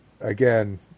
again